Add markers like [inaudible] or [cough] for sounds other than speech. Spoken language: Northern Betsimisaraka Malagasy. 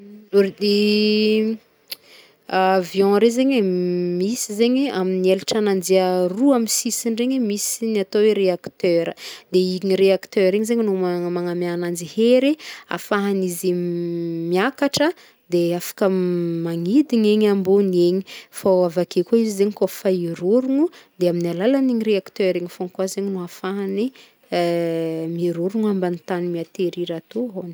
Ordi- [hesitation] [noise] avion reo zegny e, [hesitation] misy zegny e, amin'ny elatran'anjy aroa amy sisigny regny misy ny atao hoe reacteur, de igny reacteur igny zegny magnamea agnanjy hery ahafahan'izy i m [hesitation] liakatra de afaka magnidina egny ambony eny, fô avake koa izy zegny kaofa hirorogno de amin'ny alalan'igny reacteur igny fogna koa zegny no ahafahany [hesitation] mirorogno ambany tany miaterir atô hôgno.